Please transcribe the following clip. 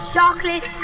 Chocolate